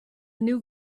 new